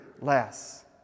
less